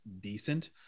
decent